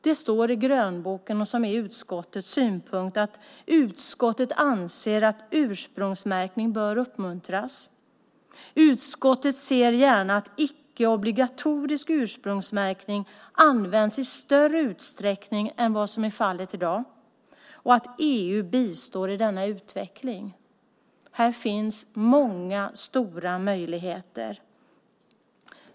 Det sägs i grönboken och även utskottet anser att ursprungsmärkning bör uppmuntras. Utskottet ser gärna att icke-obligatorisk ursprungsmärkning används i större utsträckning än vad som är fallet i dag och att EU bistår i denna utveckling. Här finns många och stora möjligheter.